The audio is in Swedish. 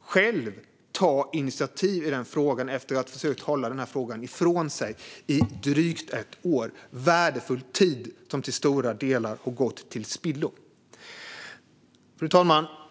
själv ta initiativ i denna fråga efter att ha försökt att hålla frågan ifrån sig i drygt ett år? Värdefull tid har till stora delar gått till spillo. Fru talman!